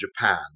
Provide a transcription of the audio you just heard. Japan